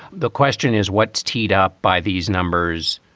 the question is what's teed up by these numbers?